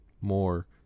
more